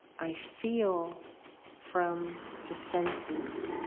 i feel from the senses.